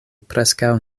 preskaŭ